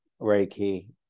Reiki